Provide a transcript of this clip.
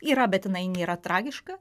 yra bet jinai nėra tragiška